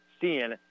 seeing